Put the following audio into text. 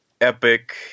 epic